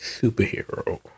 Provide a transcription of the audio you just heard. superhero